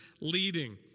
leading